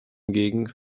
hingegen